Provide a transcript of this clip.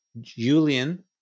Julian